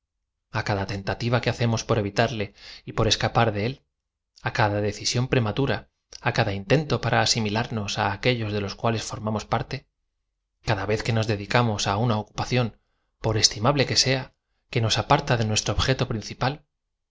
cada tentativa que hacemos por evitarle y por esca par de él á cada decisión prematura á cada intento para asimilamos á aquellos de los cuales formamos parte cada v e z que nos dedicamos á una ocupación por estimable que sea que nos aparta de nuestro ob jeto principal